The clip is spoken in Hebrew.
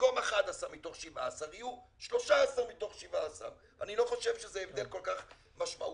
במקום 11 מתוך 17 יהיו 13 מתוך 17. אני לא חושב שזה הבדל כל כך משמעותי,